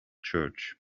church